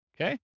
Okay